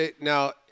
Now